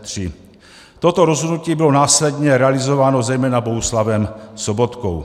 Toto rozhodnutí bylo následně realizováno zejména Bohuslavem Sobotkou.